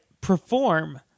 perform